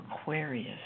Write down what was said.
Aquarius